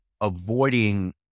avoiding